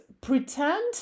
pretend